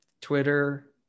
twitter